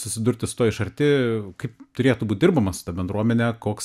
susidurti su tuo iš arti kaip turėtų būt dirbama su ta bendruomene koks